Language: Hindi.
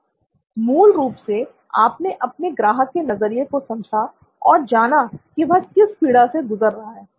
मूल रूप से आपने अपने ग्राहक के नज़रिए को समझा और जाना कि वह किस पीड़ा से गुजर रहे हैं